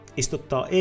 istuttaa